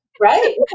right